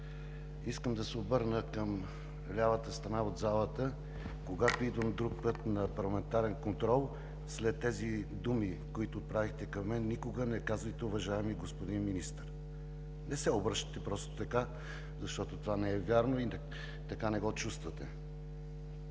Искам да се обърна към лявата страна от залата: когато идвам друг път на парламентарен контрол след тези думи, които отправихте към мен, никога не казвайте: „уважаеми господин министър“! Не се обръщайте просто така, защото това не е вярно или така не го чувствате!